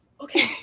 okay